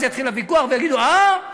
אז יתחיל הוויכוח ויגידו: אה,